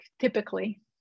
typically